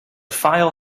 file